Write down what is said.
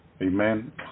Amen